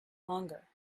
longer